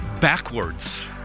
backwards